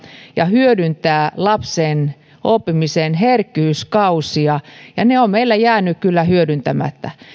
ja hyödyntää lapsen oppimisen herkkyyskausia ne ovat meillä jääneet kyllä hyödyntämättä